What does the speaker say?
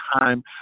time